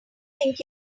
think